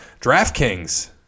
DraftKings